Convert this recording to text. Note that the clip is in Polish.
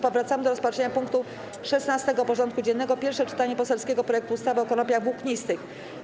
Powracamy do rozpatrzenia punktu 16. porządku dziennego: Pierwsze czytanie poselskiego projektu ustawy o konopiach włóknistych.